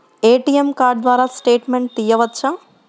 ATM card ద్వారా statement తీయవచ్చా?